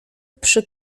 przy